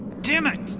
damn it!